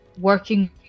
working